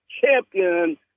Champion